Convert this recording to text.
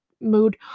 mood